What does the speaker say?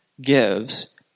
gives